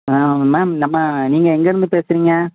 ஆ ma'am நம்ம நீங்கள் எங்கேயிருந்து பேசுகிறீங்க